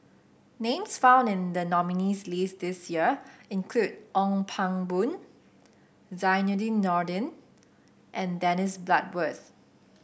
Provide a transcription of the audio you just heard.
names found in the nominees' list this year include Ong Pang Boon Zainudin Nordin and Dennis Bloodworth